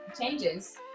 changes